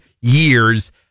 years